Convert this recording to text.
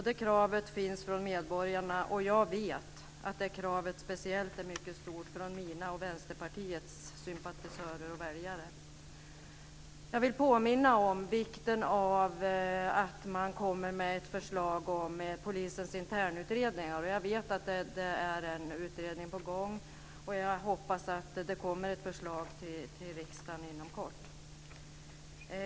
Det kravet finns från medborgarna, och jag vet att det kravet speciellt är mycket stort från mina och Vänsterpartiets sympatisörer och väljare. Jag vill påminna om vikten av att man kommer med ett förslag om polisens internutredningar. Jag vet att det är en utredning på gång, och jag hoppas att det kommer ett förslag till riksdagen inom kort.